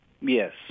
Yes